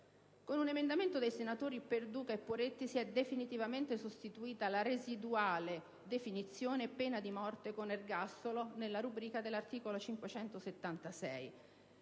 Con un emendamento dei senatori Perduca e Poretti si è definitivamente sostituita la residuale definizione «pena di morte» con «ergastolo» nella rubrica dell'articolo 576.